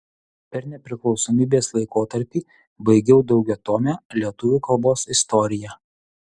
per nepriklausomybės laikotarpį baigiau daugiatomę lietuvių kalbos istoriją